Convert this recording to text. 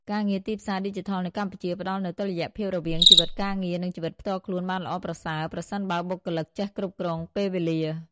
ការងារទីផ្សារឌីជីថលនៅកម្ពុជាផ្តល់នូវតុល្យភាពរវាងជីវិតការងារ និងជីវិតផ្ទាល់ខ្លួនបានល្អប្រសើរ ប្រសិនបើបុគ្គលិកចេះគ្រប់គ្រងពេលវេលា។